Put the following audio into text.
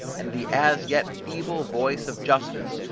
and the as yet feeble voice of justice,